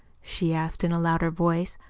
she asked in a louder voice.